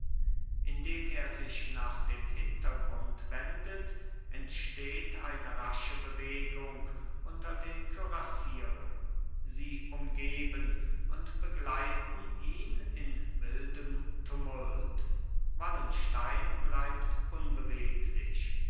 indem er sich nach dem hintergrund wendet entsteht eine rasche bewegung unter den kürassieren sie umgeben und begleiten ihn in wildem tumult wallenstein bleibt unbeweglich